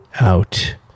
out